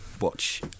watch